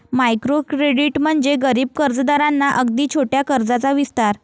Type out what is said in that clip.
micro credit म्हणजे गरीब कर्जदारांना अगदी छोट्या कर्जाचा विस्तार